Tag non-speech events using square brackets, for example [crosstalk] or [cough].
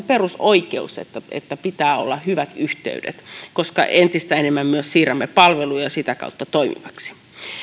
[unintelligible] perusoikeus että että pitää olla hyvät yhteydet koska entistä enemmän myös siirrämme palveluja sitä kautta toimiviksi